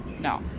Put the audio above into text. No